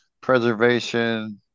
preservation